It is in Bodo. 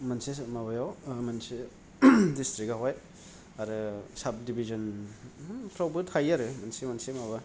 मोनसे माबायाव मोनसे द्रिसट्रिगावहाय आरो साभदिभिसनफ्रावबो थायो आरो मोनसे मोनसे माबा